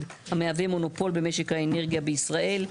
המהווה מונופול במשק האנרגיה בישראל..."